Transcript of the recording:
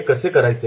हे कसे करायचे